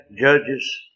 Judges